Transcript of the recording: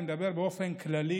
אני מדבר באופן כללי